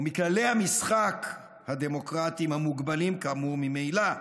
או מכללי המשחק הדמוקרטיים המוגבלים כאמור ממילא.